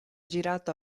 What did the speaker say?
girato